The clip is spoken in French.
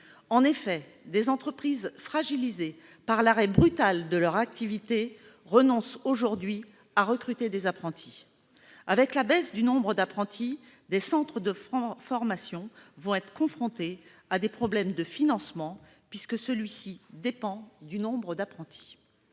En effet, des entreprises, fragilisées par l'arrêt brutal de leur activité, renoncent aujourd'hui à recruter des apprentis. Avec la baisse du nombre d'apprentis, des centres de formation vont être confrontés à des problèmes de financement, puisque celui-ci dépend du nombre d'apprentis.